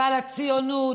ועל הציונות,